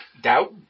Doubt